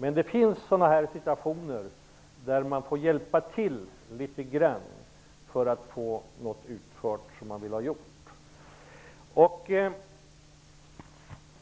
Men det finns situationer där man måste hjälpa till litet grand för att få något gjort.